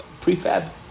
prefab